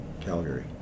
Calgary